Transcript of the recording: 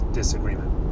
disagreement